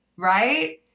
Right